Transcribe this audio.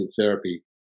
therapy